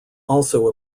also